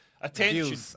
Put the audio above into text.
attention